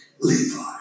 Levi